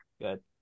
Good